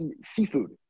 seafood